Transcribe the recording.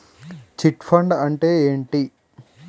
Chit fund అంటే ఏంటి?